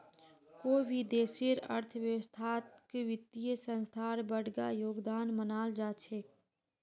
कोई भी देशेर अर्थव्यवस्थात वित्तीय संस्थार बडका योगदान मानाल जा छेक